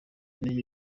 indege